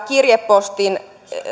kirjepostin